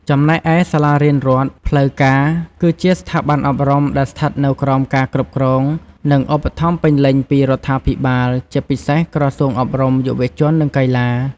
ចំណែកឯសាលារៀនរដ្ឋផ្លូវការ គឺជាស្ថាប័នអប់រំដែលស្ថិតនៅក្រោមការគ្រប់គ្រង និងឧបត្ថម្ភពេញលេញពីរដ្ឋាភិបាល ជាពិសេសក្រសួងអប់រំ យុវជន និងកីឡា។